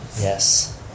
Yes